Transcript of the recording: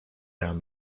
down